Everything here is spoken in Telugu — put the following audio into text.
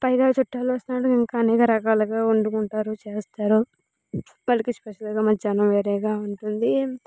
పైగా చుట్టాలొస్తే అనేక రకాలుగా వండుకుంటారు చేస్తారు స్పెషల్గాల్ గా చాలా వేరేగా ఉంటుంది